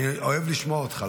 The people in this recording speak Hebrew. אני אוהב לשמוע אותך,